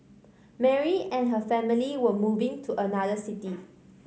Mary and her family were moving to another city